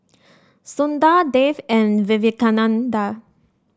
Sundar Dev and Vivekananda